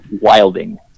Wilding